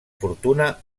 fortuna